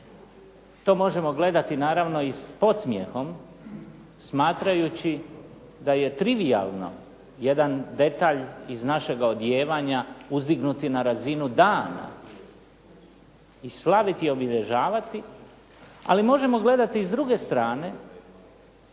to možemo gledati naravno i s podsmijehom smatrajući da je trivijalno jedan detalj iz našega odijevanja uzdignuti na razinu dana i slaviti i obilježavati, ali možemo gledati i s druge strane